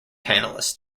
panelists